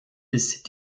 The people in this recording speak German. ist